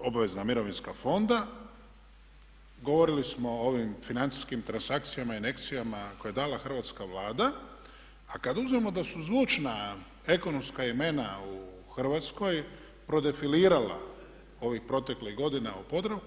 obavezna mirovinska fonda, govorili smo o ovim financijskim transakcijama, injekcijama koje je dala Hrvatska Vlada, a kad uzmemo da su zvučna ekonomska imena u Hrvatskoj prodefilirala ovih proteklih godina u Podravku.